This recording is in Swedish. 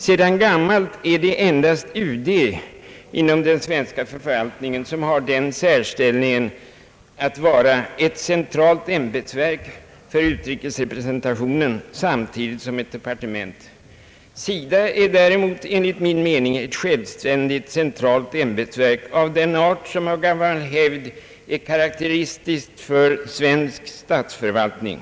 Sedan gammalt är det endast UD som inom svensk förvaltning haft särstäli ningen att vara ett centralt ämbetsverk för utrikesrepresentationen samtidigt som ett departement. SIDA är däremot, enligt min mening, ett självständigt centralt ämbetsverk av den art som av gammal hävd är karakteristisk för svensk statsförvaltning.